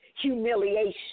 humiliation